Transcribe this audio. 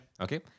Okay